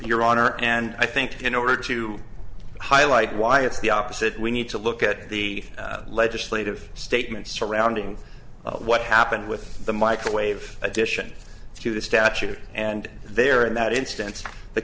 your honor and i think that in order to highlight why it's the opposite we need to look at the legislative statements surrounding what happened with the microwave addition to the statute and there in that instance the